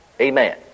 Amen